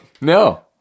no